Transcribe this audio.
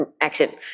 action